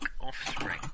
offspring